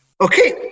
Okay